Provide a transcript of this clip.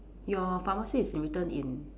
your pharmacy is written in